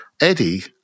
Eddie